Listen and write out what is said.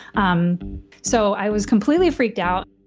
um so, i was completely freaked out